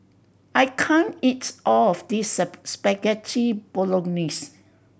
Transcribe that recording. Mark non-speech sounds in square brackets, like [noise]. I can't eat all of this [unintelligible] Spaghetti Bolognese